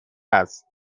است